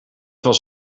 was